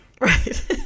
Right